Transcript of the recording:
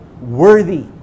worthy